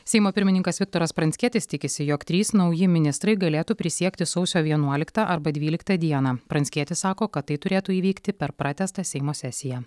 seimo pirmininkas viktoras pranckietis tikisi jog trys nauji ministrai galėtų prisiekti sausio vienuoliktą arba dvyliktą dieną pranckietis sako kad tai turėtų įvykti per pratęstą seimo sesiją